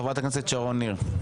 חברת הכנסת שרון ניר.